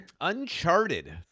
Uncharted